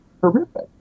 horrific